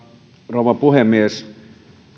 rouva puhemies